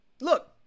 Look